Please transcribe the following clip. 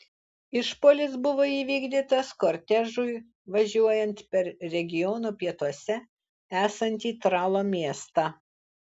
išpuolis buvo įvykdytas kortežui važiuojant per regiono pietuose esantį tralo miestą